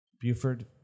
Buford